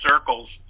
circles